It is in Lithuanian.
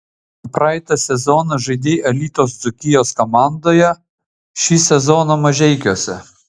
praeitą sezoną žaidei alytaus dzūkijos komandoje šį sezoną mažeikiuose